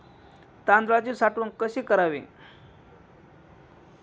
तांदळाची साठवण कशी करावी?